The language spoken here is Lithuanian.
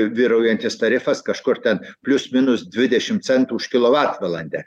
vyraujantis tarifas kažkur ten plius minus dvidešimt centų už kilovatvalandę